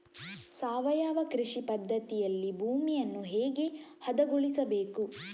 ಸಾವಯವ ಕೃಷಿ ಪದ್ಧತಿಯಲ್ಲಿ ಭೂಮಿಯನ್ನು ಹೇಗೆ ಹದಗೊಳಿಸಬೇಕು?